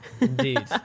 Indeed